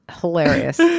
hilarious